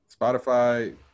Spotify